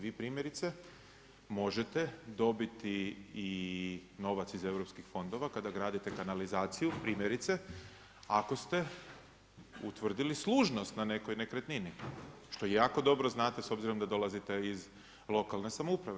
Vi primjerice možete dobiti i novac iz EU fondova kada gradite kanalizaciju, primjerice ako ste utvrdili služnost na nekoj nekretnini što jako dobro znate s obzirom da dolazite iz lokalne samouprave.